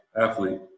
athlete